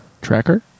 Tracker